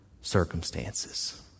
circumstances